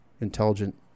intelligent